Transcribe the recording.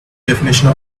definition